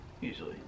Usually